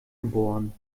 geboren